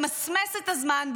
למסמס את הזמן,